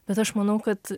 bet aš manau kad